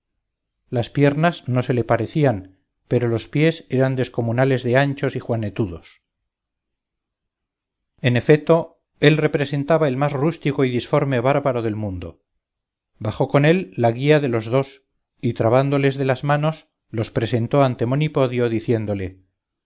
las piernas no se le parecían pero los pies eran descomunales de anchos y juanetudos en efeto él representaba el más rústico y disforme bárbaro del mundo bajó con él la guía de los dos y trabándoles de las manos los presentó ante monipodio diciéndole